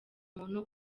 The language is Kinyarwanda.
umuntu